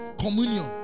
communion